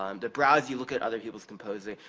um to browse, you look at other peoples' composing.